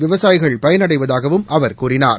விவசாயிகள் பயனடைவதாகவும் அவர் கூறினார்